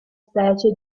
specie